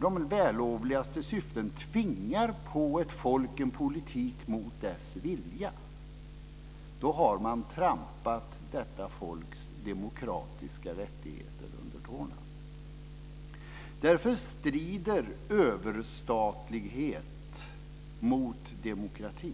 de vällovligaste syften tvingar på ett folk en politik mot dess vilja har man trampat detta folks demokratiska rättigheter under fötterna. Därför strider överstatlighet mot demokrati.